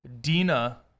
dina